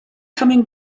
coming